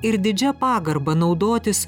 ir didžia pagarba naudotis